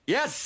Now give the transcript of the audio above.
Yes